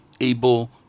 able